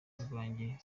rwanjye